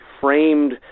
framed